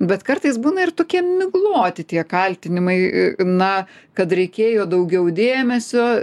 bet kartais būna ir tokie migloti tie kaltinimai na kad reikėjo daugiau dėmesio